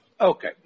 Okay